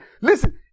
Listen